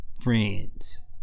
friends